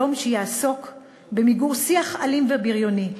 יום שיעסוק במיגור שיח אלים ובריוני,